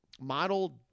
model